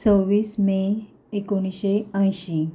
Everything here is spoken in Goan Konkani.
सव्वीस मे एकोणीशें अंयशीं